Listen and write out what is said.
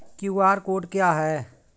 QR code क्या है?